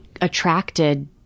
attracted